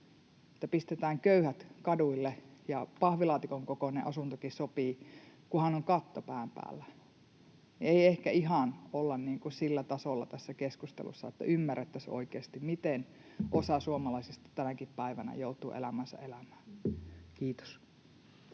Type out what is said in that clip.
pistetään köyhät kaduille ja pahvilaatikon kokoinenkin asunto sopii, kunhan on katto pään päällä. Ei ehkä ihan olla sillä tasolla tässä keskustelussa, että ymmärrettäisiin oikeasti, miten osa suomalaisista tänäkin päivänä joutuu elämäänsä elämään. — Kiitos.